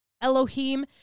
Elohim